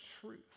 truth